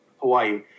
Hawaii